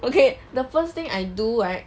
okay the first thing I do right